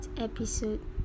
episode